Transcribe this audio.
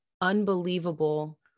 unbelievable